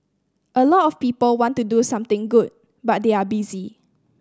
a lot of people want to do something good but they are busy